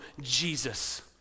Jesus